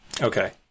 okay